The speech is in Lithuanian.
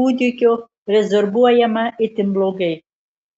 kūdikio rezorbuojama itin blogai